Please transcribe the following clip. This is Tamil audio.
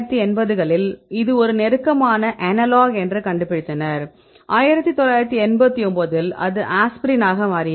1980 களில் இது ஒரு நெருக்கமான அனலாக் என்று கண்டுபிடித்தனர் 1989 இல் அது ஆஸ்பிரின்னாக மாறியது